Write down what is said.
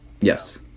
Yes